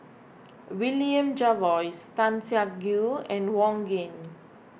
William Jervois Tan Siak Kew and Wong Keen